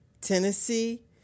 Tennessee